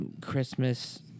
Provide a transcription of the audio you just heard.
Christmas